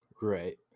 Right